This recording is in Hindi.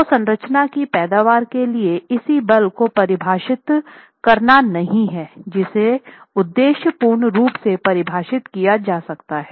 तो संरचना की पैदावार के लिए इसी बल को परिभाषित करना नहीं है जिसे उद्देश्य पूर्ण रूप से परिभाषित किया जा सकता है